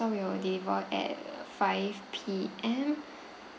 we will deliver at five P_M